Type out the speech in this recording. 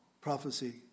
prophecy